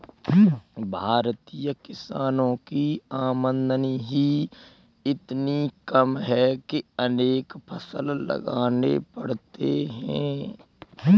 भारतीय किसानों की आमदनी ही इतनी कम है कि अनेक फसल लगाने पड़ते हैं